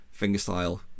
fingerstyle